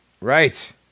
Right